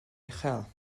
uchel